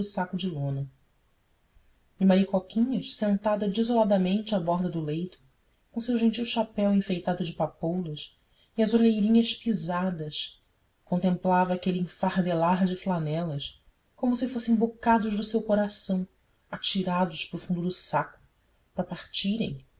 saco de lona e maricoquinhas sentada desoladamente à borda do leito com o seu gentil chapéu enfeitado de papoulas e as olheirinhas pisadas contemplava aquele enfardelar de flanelas como se fossem bocados do seu coração atirados para o fundo do saco para partirem